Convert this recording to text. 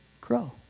grow